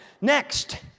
next